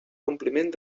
compliment